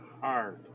hard